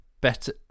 better